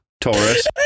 Taurus